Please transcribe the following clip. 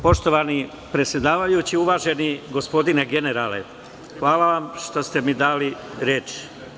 Poštovani predsedavajući, uvaženi gospodine generale, hvala vam što ste mi dali reč.